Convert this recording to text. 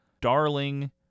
Darling